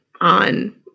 on